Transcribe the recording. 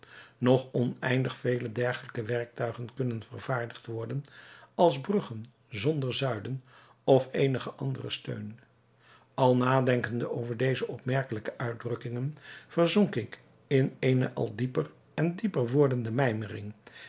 nog oneindig vele dergelijke werktuigen kunnen vervaardigd worden als bruggen zonder zuilen of eenigen anderen steun al nadenkende over deze opmerkelijke uitdrukkingen verzonk ik in eene al dieper en dieper wordende